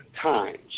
times